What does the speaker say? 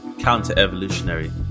counter-evolutionary